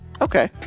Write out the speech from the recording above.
Okay